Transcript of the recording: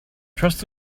trust